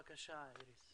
בבקשה, איריס.